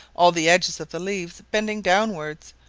all the edges of the leaves bending downward,